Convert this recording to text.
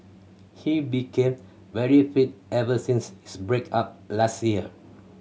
he became very fit ever since his break up last year